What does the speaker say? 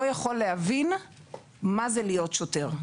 לא יכול להבין מה זה להיות שוטר,